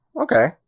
Okay